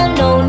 no